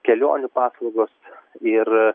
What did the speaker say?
kelionių paslaugos ir